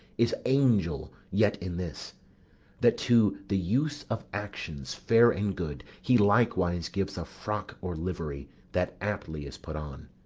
is angel yet in this that to the use of actions fair and good he likewise gives a frock or livery that aptly is put on.